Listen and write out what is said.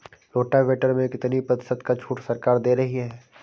Rotavator में कितनी प्रतिशत का छूट सरकार दे रही है?